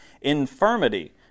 infirmity